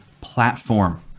platform